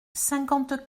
cinquante